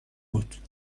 بود